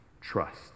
Trust